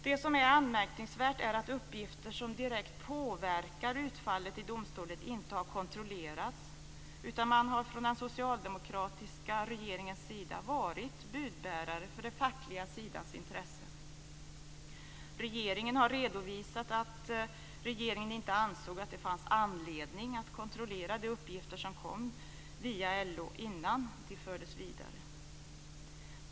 Det anmärkningsvärda är att uppgifter som direkt påverkat utfallet i domstolen inte har kontrollerats. Man har från den socialdemokratiska regeringens sida varit budbärare för den fackliga sidans intressen. Regeringen har redovisat att man inte ansåg att det fanns anledning att kontrollera de uppgifter som kom via LO innan de fördes vidare.